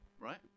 right